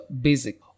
basic